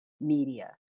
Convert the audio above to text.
media